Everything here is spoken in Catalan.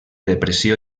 depressió